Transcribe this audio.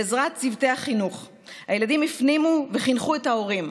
בעזרת צוותי החינוך הילדים הפנימו וחינכו את ההורים.